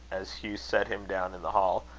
as hugh set him down in the hall.